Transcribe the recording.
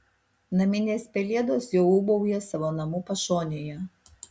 naminės pelėdos jau ūbauja savo namų pašonėje